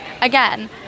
again